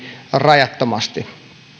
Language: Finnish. rajattomasti